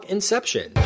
Inception